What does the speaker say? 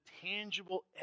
tangible